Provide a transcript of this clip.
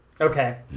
Okay